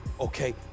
okay